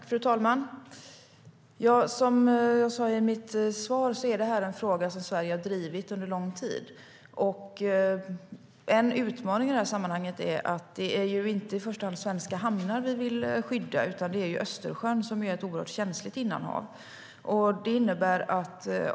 Fru talman! Som jag sa i mitt svar är detta en fråga som Sverige har drivit under lång tid. Och en utmaning i sammanhanget är att det inte är i första hand svenska hamnar som vi vill skydda utan det är Östersjön, som är ett oerhört känsligt innanhav.